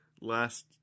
last